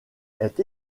est